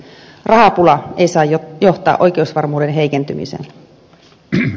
rahapula ei saa johtaa oikeusvarmuuden heikentymiseen